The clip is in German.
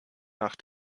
nach